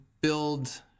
build